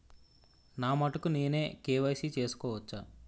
నా మటుకు నేనే కే.వై.సీ చేసుకోవచ్చా?